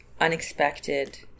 unexpected